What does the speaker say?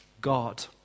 God